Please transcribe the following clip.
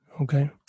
Okay